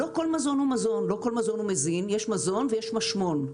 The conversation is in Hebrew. לא כל מזון הוא מזין, יש מזון ויש משמון.